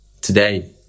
today